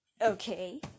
okay